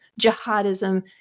jihadism